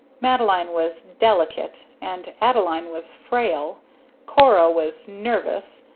madeline was delicate, and adeline was frail cora was nervous,